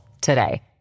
today